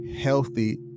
healthy